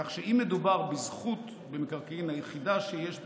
כך שאם מדובר בזכות במקרקעין היחידה שיש ברשותו,